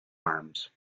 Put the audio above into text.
arms